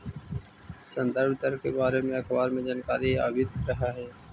संदर्भ दर के बारे में अखबार में जानकारी आवित रह हइ